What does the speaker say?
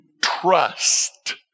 trust